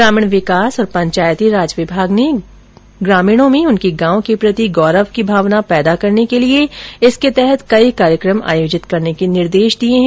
ग्रामीण विकास और पंचायती राज विभाग ने ग्रामीणों में उनके गांव के प्रति गौरव की भावना पैदा करने के लिए इसके तहत कई कार्यक्रम आयोजित करने के निर्देश दिए हैं